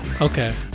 Okay